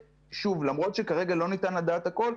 למרות שכרגע לא ניתן לדעת הכול,